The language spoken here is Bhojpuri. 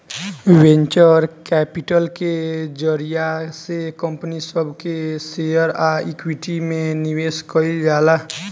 वेंचर कैपिटल के जरिया से कंपनी सब के शेयर आ इक्विटी में निवेश कईल जाला